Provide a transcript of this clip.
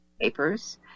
papers